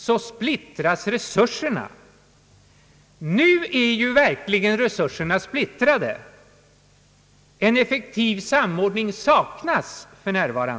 Nu är resurserna verkligen splittrade. En effektiv samordning saknas.